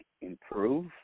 improve